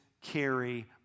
carry